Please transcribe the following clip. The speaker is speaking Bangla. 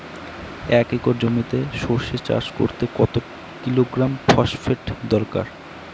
এক একর জমিতে সরষে চাষ করতে কত কিলোগ্রাম ফসফেট দরকার?